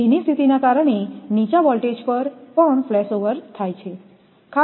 ભીની સ્થિતિને કારણે નીચા વોલ્ટેજ પર પણ ફ્લેશઓવર થાય છે